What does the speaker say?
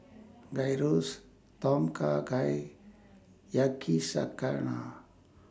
Gyros Tom Kha Gai Yakizakana